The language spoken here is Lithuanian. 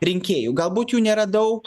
rinkėjų galbūt jų nėra daug